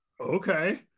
Okay